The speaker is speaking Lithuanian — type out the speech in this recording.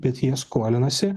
bet jie skolinasi